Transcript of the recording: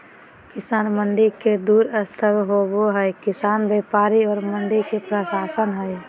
किसान मंडी के दू स्तम्भ होबे हइ किसान व्यापारी और मंडी प्रशासन हइ